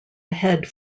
ahead